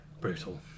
brutal